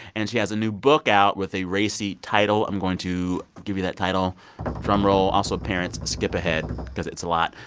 and she has a new book out with a racy title. i'm going to give you that title drum roll. also, parents skip ahead because it's a lot.